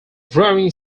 growing